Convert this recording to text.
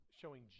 showing